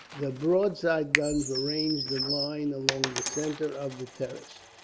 the broadside guns were ranged in line along the centre of the terrace.